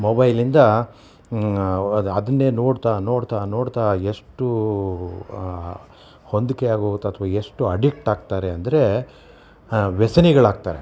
ಮೊಬೈಲಿಂದ ಅದನ್ನೇ ನೋಡ್ತಾ ನೋಡ್ತಾ ನೋಡ್ತಾ ಎಷ್ಟು ಹೊಂದಿಕೆ ಆಗೋಗುತ್ತೆ ಅಥವಾ ಎಷ್ಟು ಅಡಿಕ್ಟ್ ಆಗ್ತಾರೆ ಅಂದರೆ ವ್ಯಸನಿಗಳಾಗ್ತಾರೆ